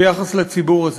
ביחס לציבור הזה.